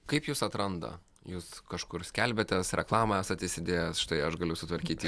kaip jus atranda jūs kažkur skelbiatės reklamą esate įsidėjęs štai aš galiu sutvarkyti